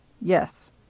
yes